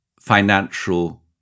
financial